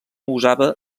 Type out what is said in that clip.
usava